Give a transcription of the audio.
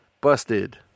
busted